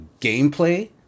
gameplay